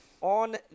On